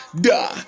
da